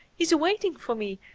he's waiting for me,